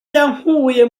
yankuye